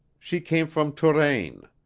she came from touraine.